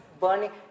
burning